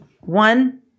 One